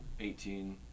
eighteen